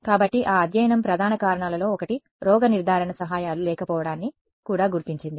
కాబట్టి ఆ అధ్యయనం ప్రధాన కారణాలలో ఒకటి రోగనిర్ధారణ సహాయాలు లేకపోవడాన్ని కూడా గుర్తించింది